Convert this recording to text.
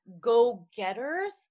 go-getters